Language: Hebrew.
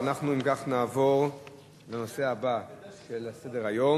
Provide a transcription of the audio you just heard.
אנחנו, אם כך, נעבור לנושא הבא של סדר-היום: